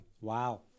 Wow